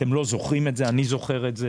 אתם לא זוכרים את זה, אני זוכר את זה